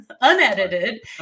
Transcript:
unedited